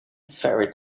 very